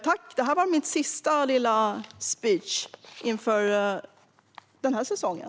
Tack, det här var mitt sista lilla speech för den här säsongen!